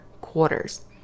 quarters